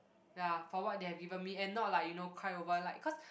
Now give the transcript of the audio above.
ya for what they have given me and not lah you know cry over like cause